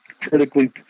critically